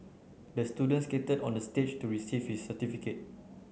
the student skated onto the stage to receive his certificate